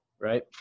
Right